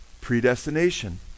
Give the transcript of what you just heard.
Predestination